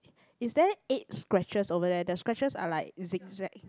is there eight scratches over there the scratches are like zig zag